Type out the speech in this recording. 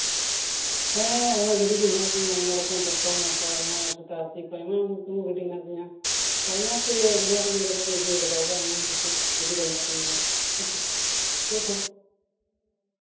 ᱦᱮᱸ ᱟᱭᱢᱟ ᱜᱟᱹᱰᱤ ᱜᱮ ᱦᱮᱱᱟᱜ ᱛᱤᱧᱟᱹ ᱟᱭᱢᱟ ᱨᱚᱠᱚᱢ ᱴᱟᱠᱴᱚᱨ ᱢᱚᱴᱚᱨ ᱟᱭᱢᱟ ᱪᱷᱳᱴᱳ ᱦᱟᱹᱛᱤ ᱠᱚ ᱮᱢᱟᱱ ᱛᱮᱢᱟᱱ ᱜᱟᱹᱰᱤ ᱦᱮᱱᱟᱜ ᱛᱤᱧᱟ ᱟᱭᱢᱟ ᱠᱚ ᱤᱫᱤ ᱠᱟᱫᱟ ᱵᱚᱞᱮ ᱟᱭᱢᱟ ᱨᱚᱠᱚᱢ ᱜᱟᱹᱰᱤ ᱫᱚ ᱦᱮᱱᱟᱜ ᱛᱤᱧ ᱜᱮᱭᱟ ᱦᱮᱸ ᱪᱮ ᱪᱮᱫ ᱠᱷᱚᱵᱚᱨ